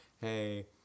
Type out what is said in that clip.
hey